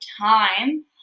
time